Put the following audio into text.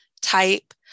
type